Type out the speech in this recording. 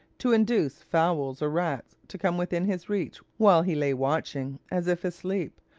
to induce fowls or rats to come within his reach while he lay watching, as if asleep,